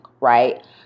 right